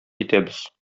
итәбез